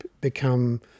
become